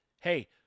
Hey